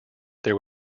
there